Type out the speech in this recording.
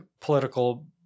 political